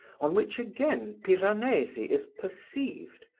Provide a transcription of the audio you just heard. on which again piranesi is perceived,